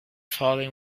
fallen